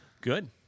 Good